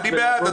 אני בעד.